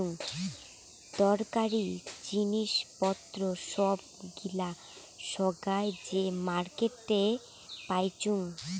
দরকারী জিনিস পত্র সব গিলা সোগায় যে মার্কেটে পাইচুঙ